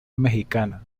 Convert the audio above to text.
mexicana